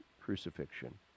crucifixion